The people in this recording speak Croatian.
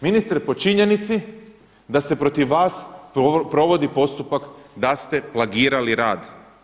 Ministre, po činjenici da se protiv vas provodi postupak da ste plagirali rad.